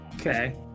Okay